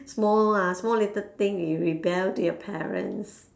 small ah small little thing you rebel to your parents